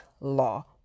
law